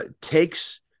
takes